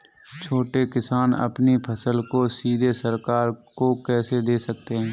छोटे किसान अपनी फसल को सीधे सरकार को कैसे दे सकते हैं?